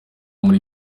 muri